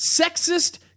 sexist